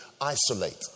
Isolate